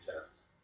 tests